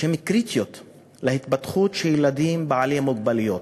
שהם קריטיים להתפתחות של ילדים בעלי מוגבלויות.